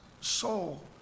soul